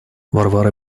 варвара